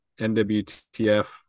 NWTF